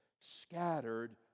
scattered